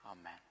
amen